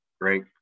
Great